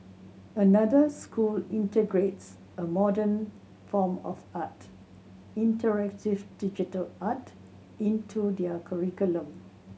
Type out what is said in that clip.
another school integrates a modern form of art interactive digital art into their curriculum